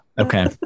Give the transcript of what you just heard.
Okay